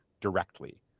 directly